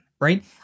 right